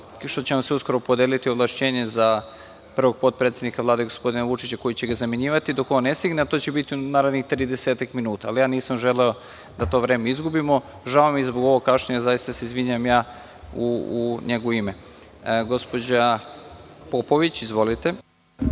će vam se podeliti ovlašćenje za prvog potpredsednika Vlade, gospodina Vučića, koji će ga zamenjivati dok on ne stigne, a to će biti u narednih 30-ak minuta, ali ja nisam želeo da to vreme izgubimo. Žao mi je zbog ovog kašnjenja. Zaista se izvinjavam u njegovo ime. Reč ima gospođa Popović. Izvolite.